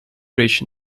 bridge